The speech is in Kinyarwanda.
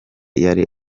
yari